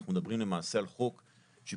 אנחנו מדברים למעשה על חוק שכביכול,